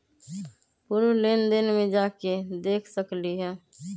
पूर्व लेन देन में जाके देखसकली ह?